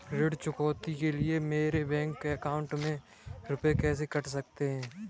ऋण चुकौती के लिए मेरे बैंक अकाउंट में से रुपए कैसे कट सकते हैं?